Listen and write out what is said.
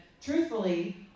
truthfully